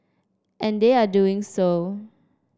and they are doing so